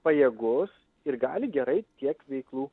pajėgus ir gali gerai tiek veiklų